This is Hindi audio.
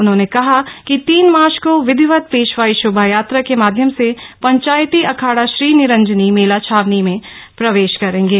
उन्होंने कहा कि तीन मार्च को विधिवत पेशवाई शोभा यात्रा के माध्यम से पंचायती अखाड़ा श्रीनिरंजनी मेला छावनी में प्रवेश करेंगे